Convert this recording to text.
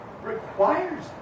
requires